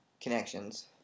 connections